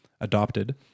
adopted